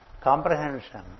Comprehension